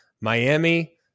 Miami